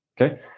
Okay